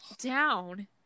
down